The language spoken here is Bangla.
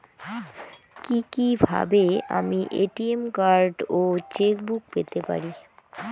কি কিভাবে আমি এ.টি.এম কার্ড ও চেক বুক পেতে পারি?